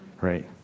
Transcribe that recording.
right